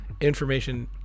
information